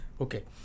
Okay